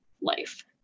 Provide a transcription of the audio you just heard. life